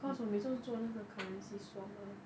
cause 我每次都做那个 currency swap 吗